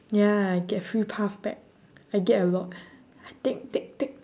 ya get free puff back I get a lot I take take take